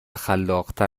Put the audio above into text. خلاقتر